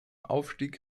aufstieg